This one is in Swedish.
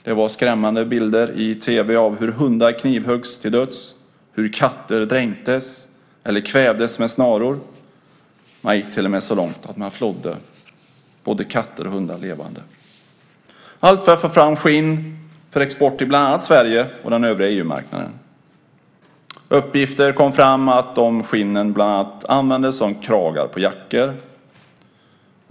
Det var skrämmande bilder i tv av hur hundar knivhöggs till döds och hur katter dränktes eller kvävdes med snaror. Man gick till och med så långt att man flådde både katter och hundar levande. Allt detta gjordes för att få fram skinn för export till bland annat Sverige och den övriga EU-marknaden. Uppgifter kom fram att skinnen bland annat användes som kragar på jackor.